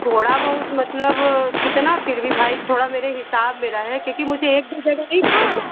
थोड़ा बहुत मतलब कितना है फिर भी भाई थोड़ा मेरे हिसाब में रहे क्योंकि मुझे एक दो जगह नहीं कराना है